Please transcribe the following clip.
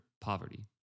poverty